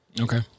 Okay